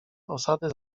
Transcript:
osady